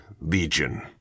Legion